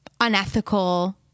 unethical